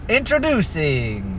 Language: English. Introducing